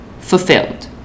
fulfilled